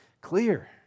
clear